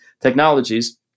technologies